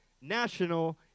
national